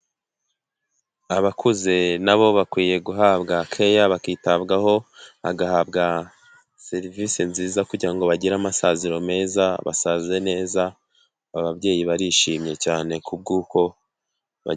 Abakuze nabo bakwiye guhabwa care bakitabwaho agahabwa serivisi nziza kugira ngo bagire amasaziro meza basaze neza ababyeyi barishimye cyane ku ubwuko.